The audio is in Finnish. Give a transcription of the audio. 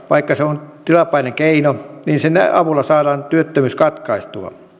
vaikka se on tilapäinen keino saadaan työttömyys katkaistua